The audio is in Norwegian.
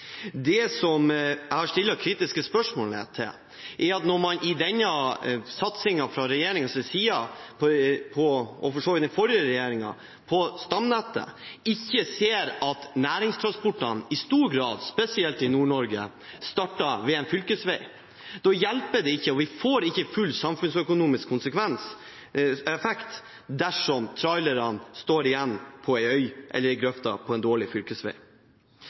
Det jeg har stilt kritiske spørsmål til, er at når man i satsingen på stamnettet fra regjeringens side, og for så vidt også fra den forrige regjeringen, ikke ser at næringstransportene i stor grad, spesielt i Nord-Norge, starter ved en fylkesvei, hjelper det ikke, og vi får ikke full samfunnsøkonomisk effekt dersom trailerne står igjen på en øy eller i grøfta på en dårlig